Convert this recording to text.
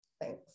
thanks